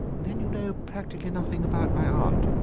then you know practically nothing about my aunt?